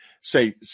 say